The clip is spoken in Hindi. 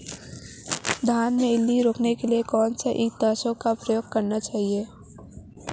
धान में इल्ली रोकने के लिए कौनसे कीटनाशक का प्रयोग करना चाहिए?